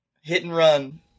hit-and-run